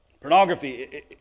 Pornography